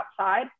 outside